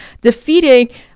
defeating